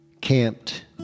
camped